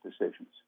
decisions